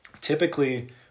Typically